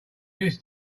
this